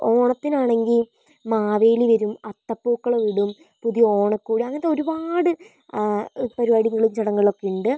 ഓണത്തിനാണെങ്കിൽ മാവേലി വരും അത്തപ്പൂക്കളമിടും പുതിയ ഓണക്കോടി അങ്ങനത്തെ ഒരുപാട് പരിപാടികളും ചടങ്ങുകളുമൊക്കെയുണ്ട്